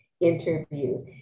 interviews